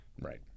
right